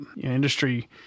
industry